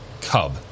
Cub